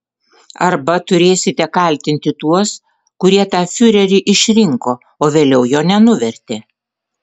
arba turėsite kaltinti tuos kurie tą fiurerį išrinko o vėliau jo nenuvertė